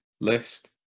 list